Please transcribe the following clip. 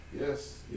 Yes